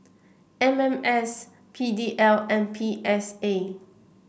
M M S P D L and P S A